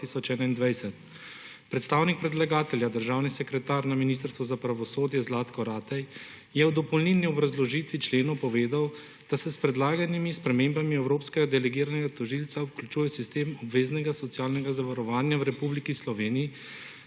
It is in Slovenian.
Predstavnik predlagatelja, državni sekretar na Ministrstvu za pravosodje Zlatko Ratej, je v dopolnilni obrazložitvi členov povedal, da se s predlaganimi spremembami evropskega delegiranega tožilca vključuje v sistem obveznega socialnega zavarovanja v Republiki Sloveniji